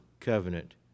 covenant